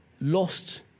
lost